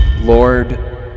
Lord